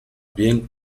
bien